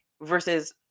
versus